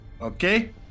Okay